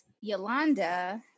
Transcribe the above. Yolanda